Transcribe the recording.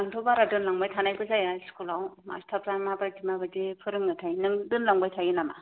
आंथ' बारा दोनलांबाय थानाय बो जाया स्कुलाव मास्टारफ्रा मा बायदि मा बायदि फोरोङो थाय नों दोनलांबाय थायो नामा